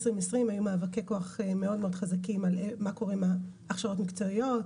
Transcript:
2020 היו מאבקי כוח מאוד חזקים על מה קורה עם הכשרות מקצועיות,